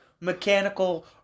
mechanical